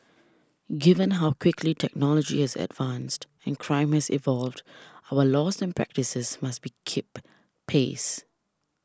given how quickly technology has advanced in crime has evolved our laws and practices must be keep pace